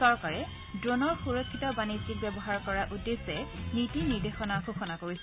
চৰকাৰে ড্ৰনৰ সুৰক্ষিত বাণিজ্যিক ব্যৱহাৰ কৰাৰ উদ্দেশ্যে নীতি নিৰ্দেশনা ঘোষণা কৰিছে